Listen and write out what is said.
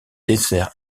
dessert